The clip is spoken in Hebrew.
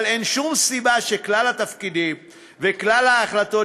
אבל אין שום סיבה שכלל התפקידים וכלל ההחלטות